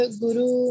guru